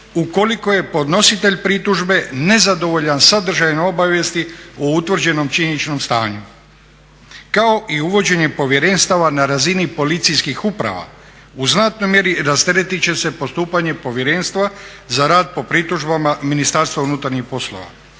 ukoliko je podnositelj pritužbe nezadovoljan sadržajem obavijesti o utvrđenom činjeničnom stanju, kao i uvođenjem povjerenstava na razini policijskih uprava u znatnoj mjeri rasteretit će se postupanje povjerenstva za rad po pritužbama Ministarstva unutarnjih poslova